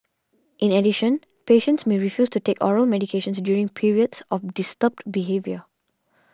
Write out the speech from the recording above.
in addition patients may refuse to take oral medications during periods of disturbed behaviour